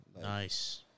Nice